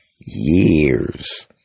years